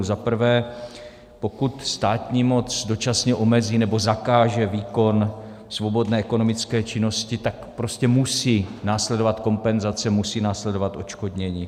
Za prvé, pokud státní moc dočasně omezí nebo zakáže výkon svobodné ekonomické činnosti, tak prostě musí následovat kompenzace, musí následovat odškodnění.